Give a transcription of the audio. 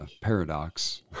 paradox